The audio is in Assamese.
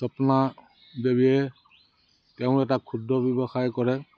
ৰত্না দেৱীয়ে তেওঁ এটা ক্ষুদ্ৰ ব্যৱসায় কৰে